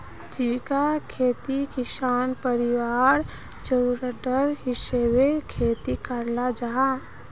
जीविका खेतित किसान परिवारर ज़रूराटर हिसाबे खेती कराल जाहा